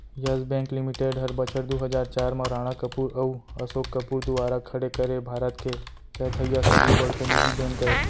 yes Bank Limited हर बछर दू हजार चार म राणा कपूर अउ असोक कपूर दुवारा खड़े करे भारत के चैथइया सबले बड़का निजी बेंक अय